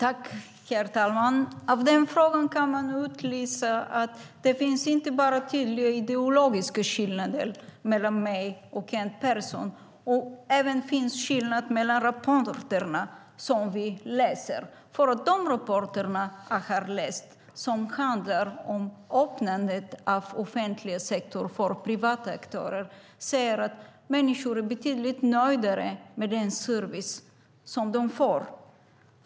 Herr talman! Av den repliken kan man utläsa att det inte bara finns en tydlig ideologisk skillnad mellan mig och Kent Persson, utan det är även skillnad på rapporterna som vi läser. De rapporter jag har läst, som handlar om öppnandet av den offentliga sektorn för privata aktörer, säger att människor är betydligt nöjdare med den service de får.